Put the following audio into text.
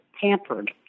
pampered